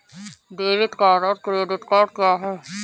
Debit और credit क्या है?